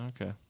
okay